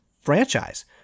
franchise